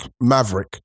Maverick